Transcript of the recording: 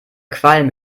qualm